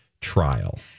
trial